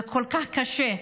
זה כל כך קשה.